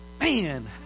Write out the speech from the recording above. Man